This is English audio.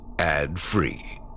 ad-free